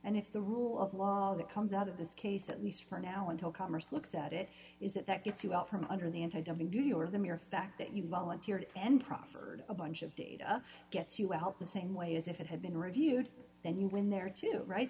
and if the rule of law that comes out of this case at least for now until congress looks at it is that that gets you out from under the anti doping do you or the mere fact that you volunteered and proffered a bunch of data gets you out the same way as if it had been reviewed then you go in there to wri